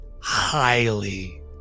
Highly